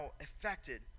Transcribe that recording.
affected